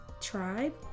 Tribe